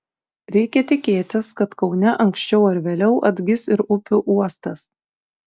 reikia tikėtis kad kaune anksčiau ar vėliau atgis ir upių uostas